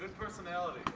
personality.